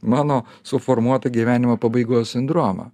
mano suformuoto gyvenimo pabaigos sindromą